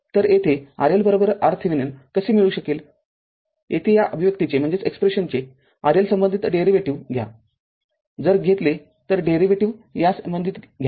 तरयेथे RL RThevenin कसे मिळू शकेल येथे या अभिव्यक्तीचे RL संबंधित डेरिव्हेटीव्ह घ्या जर घेतले तर डेरिव्हेटीव्ह या संबंधित घ्या